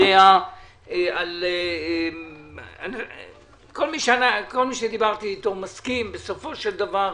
כל מי שדיברתי אתו מסכים, בסופו של דבר,